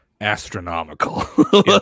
astronomical